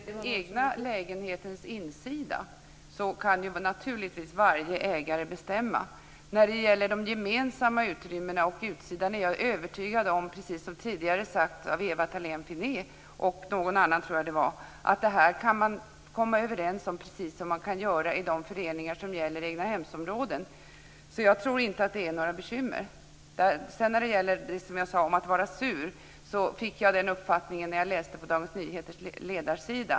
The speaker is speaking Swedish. Fru talman! Varje ägare kan naturligtvis bestämma om sin egen lägenhets insida. När det gäller de gemensamma utrymmena och utsidan är jag övertygad om - precis som tidigare har sagts av Ewa Thalén Finné - att ägarna kan komma överens, precis som man kan göra i de föreningar som gäller egnahemsområden. Så jag tror inte att det är några bekymmer. I fråga om det som jag sade om att vara sur var det en uppfattning som jag fick när jag läste DN:s ledarsida.